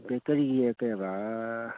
ꯕꯦꯛꯀꯔꯤꯒꯤ ꯀꯔꯤꯑꯕ